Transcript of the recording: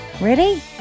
Ready